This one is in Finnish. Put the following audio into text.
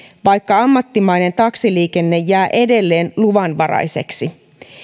vaikka ammattimainen taksiliikenne jää edelleen luvanvaraiseksi